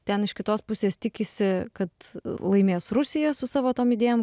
ten iš kitos pusės tikisi kad laimės rusija su savo tom idėjom